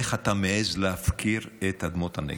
איך אתה מעז להפקיר את אדמות הנגב?